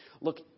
look